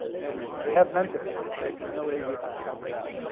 and when you have mentors, they can really help you out.